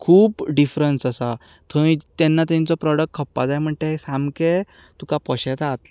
खूब डिफरंस आसा थंय तेन्ना तांचो प्रोडक्ट खपपाक जाय म्हूण ते सामकें तुका पोशेतात